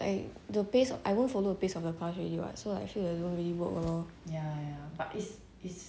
like the pace I won't follow the pace of the class already [what] so I feel like it don't really work